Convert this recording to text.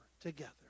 together